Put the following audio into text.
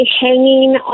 hanging